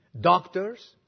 Doctors